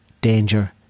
danger